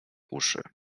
uszy